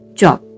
job